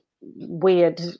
weird